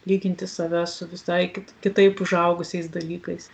lyginti save su visai kitu kitaip užaugusiais dalykais